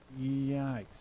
Yikes